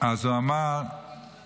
-- אז הוא אמר -- זה,